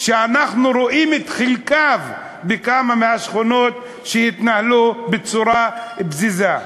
שאנחנו רואים את חלקו בכמה מהשכונות שהתנהלו בצורה פזיזה.